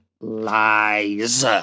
lies